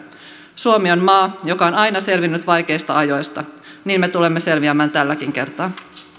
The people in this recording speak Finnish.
suomi on maa joka on aina selvinnyt vaikeista ajoista niin me tulemme selviämään tälläkin kertaa